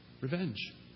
revenge